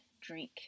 drink